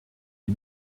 die